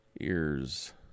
Ears